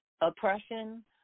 oppression